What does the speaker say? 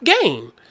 game